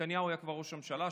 כשנתניהו כבר היה ראש ממשלה,